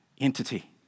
entity